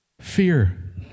fear